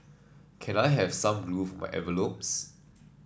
can I have some glue for my envelopes